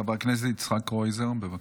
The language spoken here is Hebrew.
חבר הכנסת יצחק קרויזר, בבקשה.